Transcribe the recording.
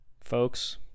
Folks